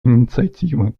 инициативы